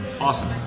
awesome